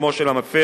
שמו של המפר,